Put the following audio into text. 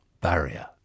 barrier